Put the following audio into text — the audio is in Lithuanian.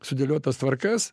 sudėliotas tvarkas